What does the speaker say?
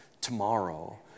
tomorrow